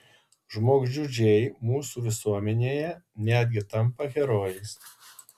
žmogžudžiai mūsų visuomenėje netgi tampa herojais